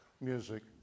music